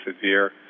severe